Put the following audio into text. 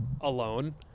alone